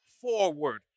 forward